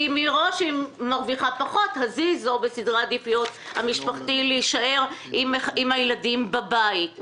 היא זאת שמרוויחה פחות אז היא תישאר עם הילדים בבית.